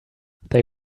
they